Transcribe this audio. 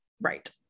Right